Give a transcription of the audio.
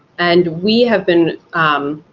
and we have been